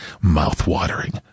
Mouth-watering